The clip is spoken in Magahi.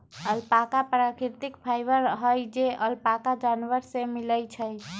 अल्पाका प्राकृतिक फाइबर हई जे अल्पाका जानवर से मिलय छइ